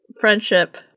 friendship